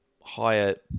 higher